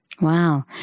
Wow